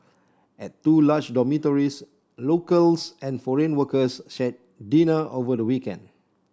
at two large dormitories locals and foreign workers shared dinner over the weekend